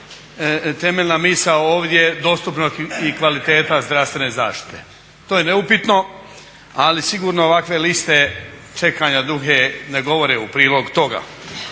temeljna misao ovdje dostupnost i kvaliteta zdravstvene zaštite, to je neupitno. Ali sigurno ovakve liste čekanja duge ne govore u prilog toga.